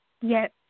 Yes